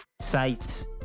sites